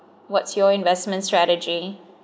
what's your investment strategy